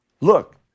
Look